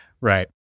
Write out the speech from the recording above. Right